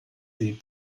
sie